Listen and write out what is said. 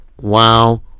wow